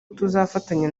tuzafatanya